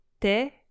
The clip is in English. te